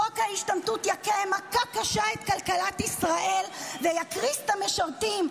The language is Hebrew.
חוק ההשתמטות יכה מכה קשה את כלכלת ישראל ויקריס את המשרתים,